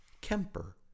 Kemper